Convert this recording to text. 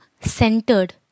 centered